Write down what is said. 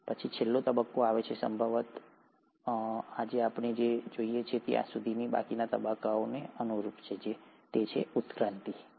અને પછી છેલ્લો તબક્કો આવે છે જે સંભવતઃ અહીંથી લઈને આજે આપણે જે જોઈએ છીએ ત્યાં સુધી બાકીના તબક્કાને અનુરૂપ હશે તે ઉત્ક્રાંતિ છે